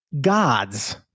gods